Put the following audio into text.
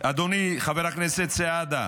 אדוני חבר הכנסת סעדה,